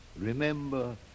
Remember